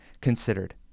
considered